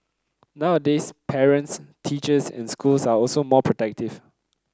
nowadays parents teachers and schools are also more protective